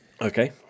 Okay